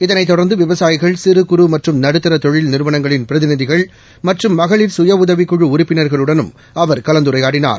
இதைத் தொடர்ந்து விவசாயிகள் சிறு குறு மற்றும் நடுத்தர தொழில் நிறுவனங்களின் பிரதிநிதிகள் மற்றும் மகளிா சுய உதவிக்குழு உறுப்பினர்களுடனும் அவர் கலந்துரையாடினார்